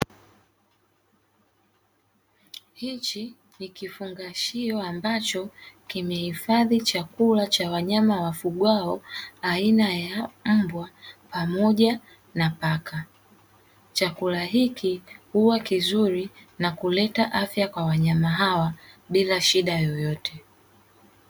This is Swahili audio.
Hichi ni kifungashio, ambacho kimehifadhi chakula cha wanyama wafugwao aina ya mbwa pamoja na paka. Chakula hiki huwa kizuri na kuleta afya kwa wanyama hawa, bila shida yoyote.